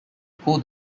pull